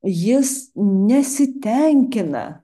jis nesitenkina